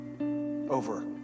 over